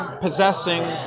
possessing